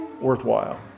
worthwhile